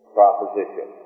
proposition